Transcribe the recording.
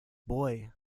boy